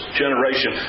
generation